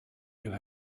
get